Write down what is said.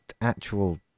actual